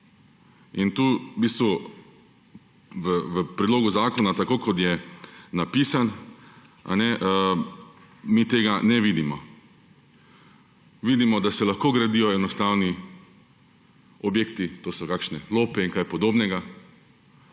Tu v bistvu, v predlogu zakona, tako kot je napisan, mi tega ne vidimo. Vidimo, da se lahko gradijo enostavni objekti, to so kakšne lope ali kaj podobnega